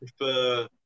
prefer